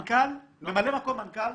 ממלא מקום מנכ"ל,